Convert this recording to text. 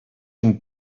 and